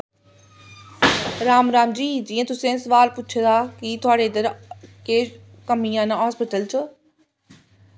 राम राम जी जियां तुसें सोआल पुच्छे दा की तोआड़े इध्दर केह् कमियां न हास्पिटल च